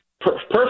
perfect